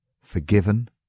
forgiven